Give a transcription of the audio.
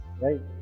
right